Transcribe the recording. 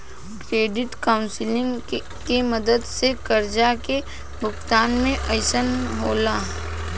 credit counselling के मदद से कर्जा के भुगतान में आसानी होला